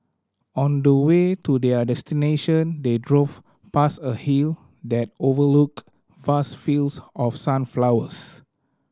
on the way to their destination they drove past a hill that overlooked vast fields of sunflowers